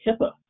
HIPAA